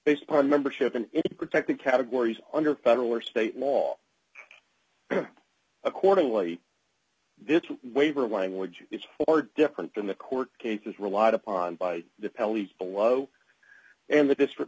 based party membership in protecting categories under federal or state law accordingly this waiver language is far different than the court cases relied upon by the pallies below and the district